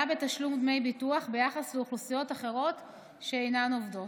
בתשלום דמי ביטוח ביחס לאוכלוסיות אחרות שאינן עובדות.